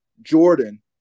Jordan